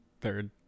third